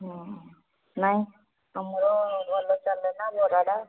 ହଁ ନାଇଁ ଆମର ଭଲ ଚାଲିଲା ନା ବରାଟା